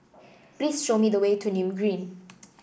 please show me the way to Nim Green